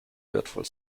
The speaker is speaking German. wertvoll